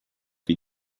wie